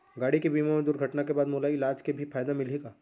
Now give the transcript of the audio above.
गाड़ी के बीमा मा दुर्घटना के बाद मोला इलाज के भी फायदा मिलही का?